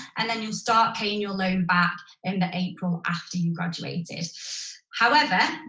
and then you'll start paying your loan back in the april after you graduated. however,